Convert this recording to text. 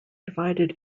divided